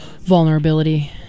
vulnerability